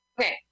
Okay